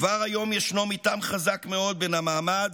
כבר היום ישנו מתאם חזק מאוד בין המעמד